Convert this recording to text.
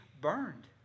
burned